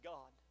God